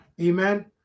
Amen